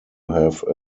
have